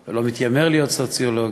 או מתיימר להיות סוציולוג,